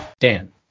Dan